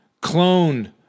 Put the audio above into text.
clone